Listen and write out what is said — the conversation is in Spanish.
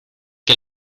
que